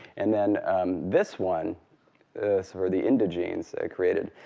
and then this one for the indojisnen so created.